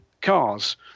cars